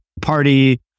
party